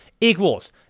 equals